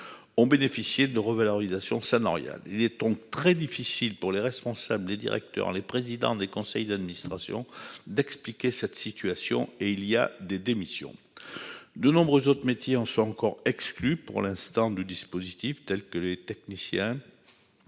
Ont bénéficié de revalorisation salariale. Il est donc très difficile pour les responsables et directeurs, les présidents des conseils d'administration d'expliquer cette situation et il y a des démissions. De nombreuses autres métiers en sont encore exclus. Pour l'instant de dispositifs tels que les techniciens.